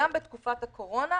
גם בתקופת הקורונה,